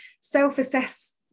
self-assess